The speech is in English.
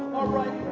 alright,